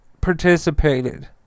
participated